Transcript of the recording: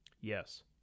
Yes